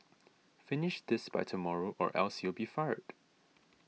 finish this by tomorrow or else you'll be fired